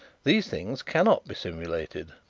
these things cannot be simulated.